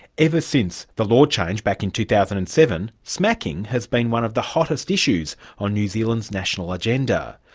ever since the law changed, back in two thousand and seven, smacking has been one of the hottest issues on new zealand's national agenda.